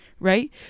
right